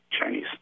Chinese